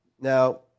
Now